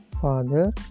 father